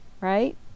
right